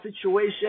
situation